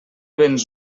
venç